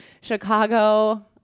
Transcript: Chicago